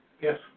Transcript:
Yes